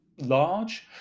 large